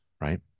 right